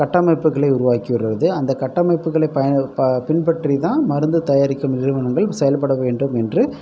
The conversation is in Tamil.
கட்டமைப்புகளை உருவாக்கி வருவது அந்த கட்டமைப்புகளை ப பின்பற்றித்தான் மருந்து தயாரிக்கும் நிறுவனங்கள் செயல்பட வேண்டும் என்று